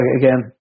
again